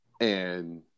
and-